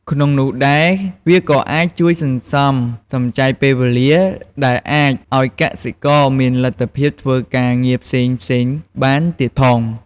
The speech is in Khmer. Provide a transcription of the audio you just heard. ក្នុងនោះដែរ វាក៏អាចជួយសន្សំសំចៃពេលវេលា ដែលអាចឱ្យកសិករមានលទ្ធភាពធ្វើការងារផ្សេងៗបានទៀតផង។